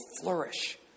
flourish